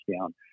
down